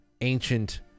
ancient